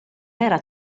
era